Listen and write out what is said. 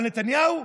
על נתניהו?